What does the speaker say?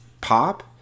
pop